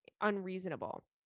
unreasonable